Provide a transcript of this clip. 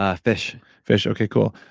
ah fish fish. okay, cool.